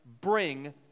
bring